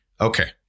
Okay